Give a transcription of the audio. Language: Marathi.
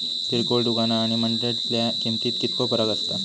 किरकोळ दुकाना आणि मंडळीतल्या किमतीत कितको फरक असता?